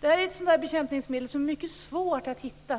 Detta är ett bekämpningsmedel som är mycket svårt att hitta.